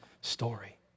story